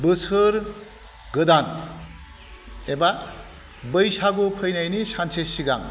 बोसोर गोदान एबा बैसागु फैनायनि सानसे सिगां